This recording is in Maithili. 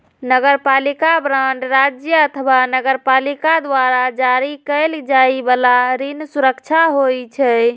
नगरपालिका बांड राज्य अथवा नगरपालिका द्वारा जारी कैल जाइ बला ऋण सुरक्षा होइ छै